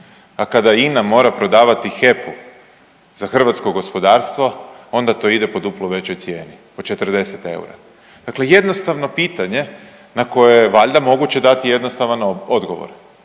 a kada INA mora prodavati HEP-u za hrvatsko gospodarstvo onda to ide po duplo većoj cijeni od 40 eura. Dakle, jednostavno pitanje na koje je valjda moguće dati jednostavan odgovor,